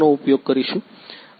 નો ઉપયોગ કરીશું